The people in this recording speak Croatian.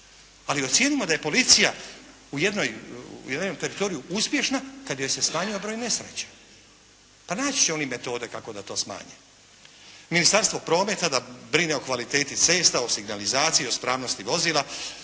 ali ocijenimo da je policija u jednom teritoriju uspješna kad joj se smanjio broj nesreća. Pa naći će oni metode kako da to smanje. Ministarstvo prometa da brine o kvaliteti cesta, o signalizaciji, ispravnosti vozila,